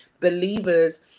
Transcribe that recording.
believers